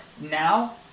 now